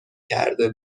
کرده